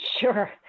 Sure